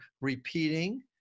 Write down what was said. repeating